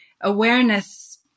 awareness